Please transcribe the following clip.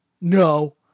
No